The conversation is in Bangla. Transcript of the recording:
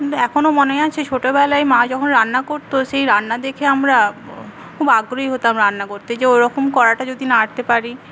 এখনও মনে আছে ছোটবেলায় মা যখন রান্না করতো সেই রান্না দেখে আমরা খুব আগ্রহী হতাম রান্না করতে যে ওরকম কড়াইটা যদি নাড়তে পারি